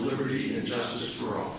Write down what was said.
liberty and justice for all